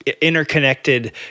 interconnected